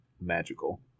magical